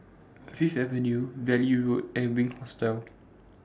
Fifth Avenue Valley Road and Wink Hostel